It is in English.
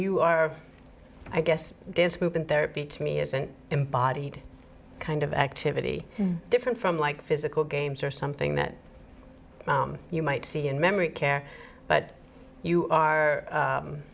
you are i guess disapproving therapy to me is an embodied kind of activity different from like physical games or something that you might see in memory care but you are